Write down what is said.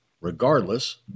Regardless